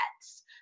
pets